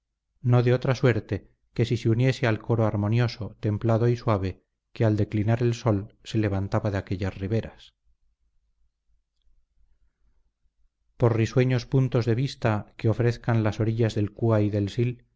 no de otra suerte que si se uniese al coro armonioso templado y suave que al declinar el sol se levantaba de aquellas riberas por risueños puntos de vista que ofrezcan las orillas del cúa y del sil